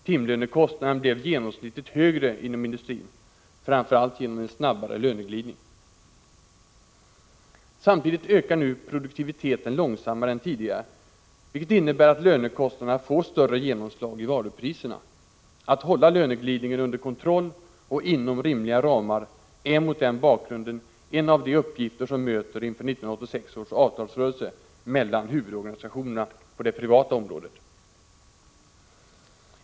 Timlönekostnaden blev genomsnittligt högre inom industrin, framför allt genom en snabbare löneglidning. Samtidigt ökar nu produktiviteten långsammare än tidigare, vilket innebär att lönekostnaderna får större genomslag i varupriserna. Att hålla löneglidningen under kontroll och inom rimliga ramar är mot denna bakgrund en av de uppgifter som möter inför 1986 års avtalsrörelse mellan huvudorganisationerna på det privata området.